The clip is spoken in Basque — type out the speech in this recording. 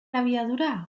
abiadura